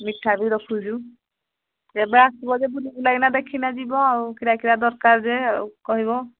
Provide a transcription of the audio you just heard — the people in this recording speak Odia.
ମିଠା ବି ରଖୁଛୁ ଯେବେ ଆସିବ ଯେ ବୁଲିବୁଲାକିନା ଦେଖିକିନା ଯିବ ଆଉ କିରା କିରା ଦରକାର ଯେ ଆଉ କହିବ